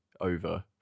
over